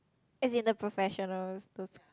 as in the professionals those